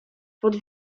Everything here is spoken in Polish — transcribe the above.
pod